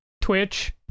Twitch